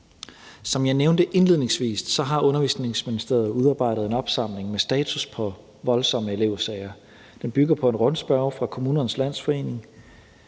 Som jeg nævnte indledningsvis, har Børne- og Undervisningsministeriet udarbejdet en opsamling med status på voldsomme elevsager. Den bygger på en rundspørge fra KL blandt kommunerne,